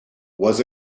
was